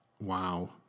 wow